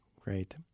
Great